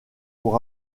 pour